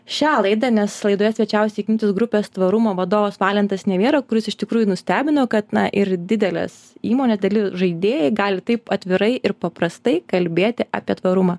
šią laidą nes laidoje svečiavosi ignitis grupės tvarumo vadovas valentas neviera kuris iš tikrųjų nustebino kad na ir didelės įmonės dideli žaidėjai gali taip atvirai ir paprastai kalbėti apie tvarumą